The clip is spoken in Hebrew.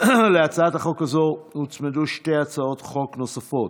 להצעת החוק הזו הוצמדו שתי הצעות חוק נוספות: